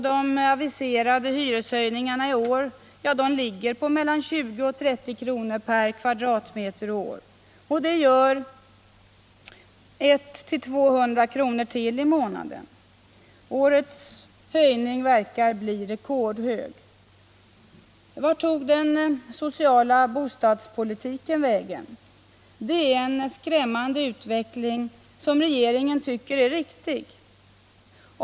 De aviserade hyreshöjningarna i år ligger på mellan 20 och 30 kr. per kvadratmeter och år. Det gör mellan 100 och 200 kr. till i månaden. Årets höjning verkar bli rekordhög. Vart tog den sociala bostadspolitiken vägen? Det är en skrämmande utveckling, som regeringen tycker är riktig.